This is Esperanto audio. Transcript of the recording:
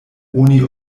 oni